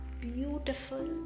beautiful